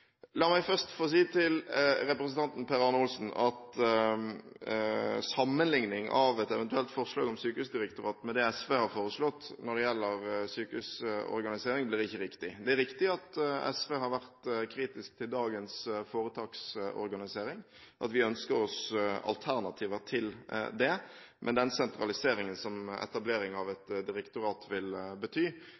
La meg først få si til representanten Per Arne Olsen at å sammenlikne et eventuelt forslag om sykehusdirektorat med det som SV har foreslått når det gjelder sykehusorganisering, blir ikke riktig. Det er riktig at SV har vært kritisk til dagens foretaksorganisering, og at vi ønsker oss alternativer til det, men den sentraliseringen som etableringen av et direktorat vil bety,